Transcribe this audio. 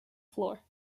floor